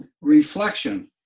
reflection